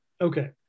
Okay